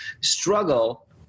struggle